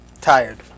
Tired